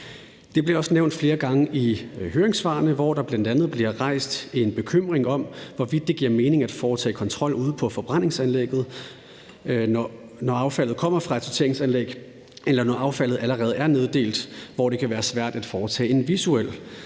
Det bliver også nævnt flere gange i høringssvarene, hvor der bl.a. bliver rejst en bekymring om, hvorvidt det giver mening at foretage kontrol ude på forbrændingsanlægget, når affaldet kommer fra et sorteringsanlæg, eller når affaldet allerede er neddelt, hvor det kan være svært at foretage en visuel